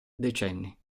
decenni